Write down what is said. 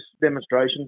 demonstration